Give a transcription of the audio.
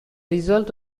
result